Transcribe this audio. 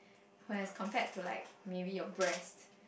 whereas compared to like maybe your breast